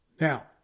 Now